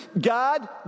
God